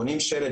בונים שלד,